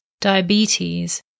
diabetes